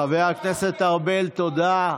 חבר הכנסת ארבל, תודה.